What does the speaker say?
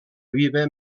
viva